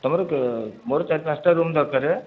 ତୁମର ମୋର ଚାରି ପାଞ୍ଚଟା ରୁମ୍ ଦରକାର